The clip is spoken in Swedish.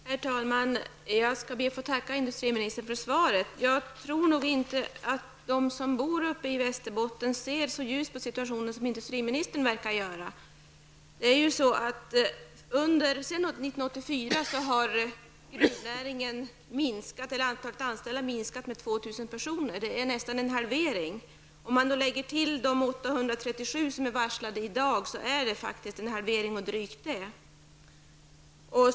Herr talman! Jag skall be att få tacka industriministern för svaret. Jag tror inte att de som bor i Västerbotten ser så ljust på situationen som industriministern verkar göra. Sedan 1984 har antalet anställda inom gruvnäringen minskat med 2 000 personer. Det är nästan en halvering. Om man lägger till de 837 som är varslade i dag är det faktiskt en dryg halvering.